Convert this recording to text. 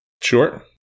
Sure